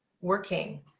working